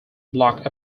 block